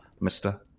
mister